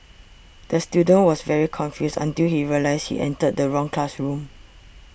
the student was very confused until he realised he entered the wrong classroom